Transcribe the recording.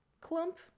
Clump